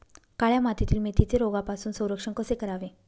काळ्या मातीतील मेथीचे रोगापासून संरक्षण कसे करावे?